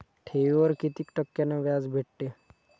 ठेवीवर कितीक टक्क्यान व्याज भेटते?